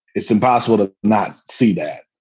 it's impossible to not see that.